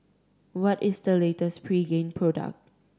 what is the latest Pregain product